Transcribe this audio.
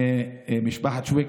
ממשפחת שוויקי,